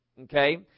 okay